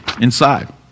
inside